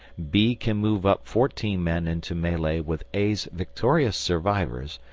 b can move up fourteen men into melee with a's victorious survivors,